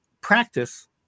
practice